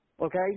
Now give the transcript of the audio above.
okay